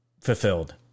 fulfilled